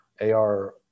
AR